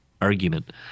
Argument